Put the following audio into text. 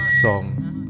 song